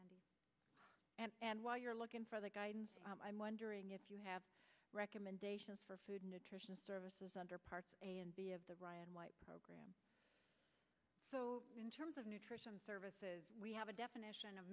nutrition and while you're looking for the guidance i'm wondering if you have recommendations for food nutrition services under parts of the ryan white program so in terms of nutrition services we have a definition of